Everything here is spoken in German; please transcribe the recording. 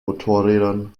motorrädern